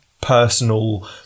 personal